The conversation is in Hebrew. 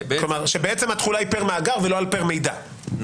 כלומר שבעצם התחולה היא פר מאגר ולא על פר מידע,